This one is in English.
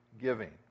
giving